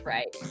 Right